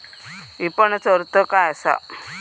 विपणनचो अर्थ काय असा?